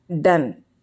done